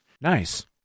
Nice